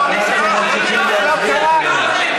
קצת כבוד, בבקשה, אנחנו ממשיכים להצביע, חברים.